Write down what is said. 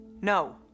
No